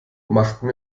machten